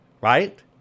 right